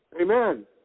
Amen